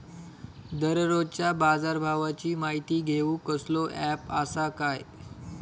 दररोजच्या बाजारभावाची माहिती घेऊक कसलो अँप आसा काय?